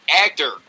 actor